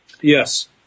Yes